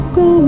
go